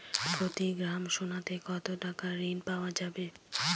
প্রতি গ্রাম সোনাতে কত টাকা ঋণ পাওয়া যাবে?